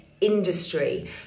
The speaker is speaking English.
industry